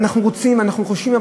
אנחנו חושבים,